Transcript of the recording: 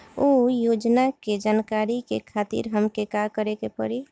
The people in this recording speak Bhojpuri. उ योजना के जानकारी के खातिर हमके का करे के पड़ी?